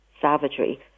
savagery